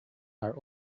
are